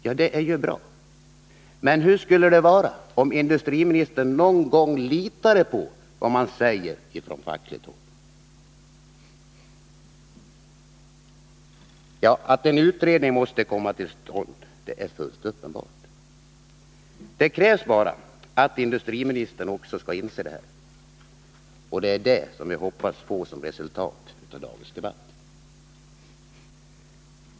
Ja, det är ju bra, men hur skulle det vara om industriministern någon gång litade på vad man säger från fackligt håll? Atten utredning måste komma till stånd är fullt uppenbart. Det krävs bara att också industriministern skall inse detta, och det är det vi hoppas på som resultat av dagens debatt.